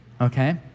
Okay